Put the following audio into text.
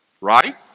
Right